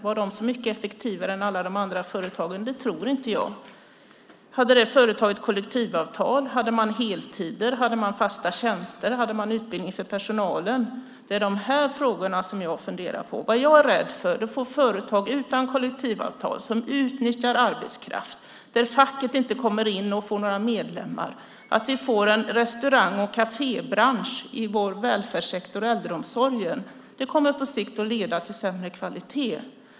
Var de så mycket effektivare än alla de andra företagen? Det tror inte jag. Hade det företaget kollektivavtal? Hade man heltider? Hade man fasta tjänster? Hade man utbildning för personalen? Det är de här frågorna jag funderar på. Vad jag är rädd för är företag utan kollektivavtal som utnyttjar arbetskraft, där facket inte kommer in och får några medlemmar. Vi får en restaurang och kafébransch i vår välfärdssektor och äldreomsorg. Det kommer på sikt att leda till sämre kvalitet.